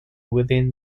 within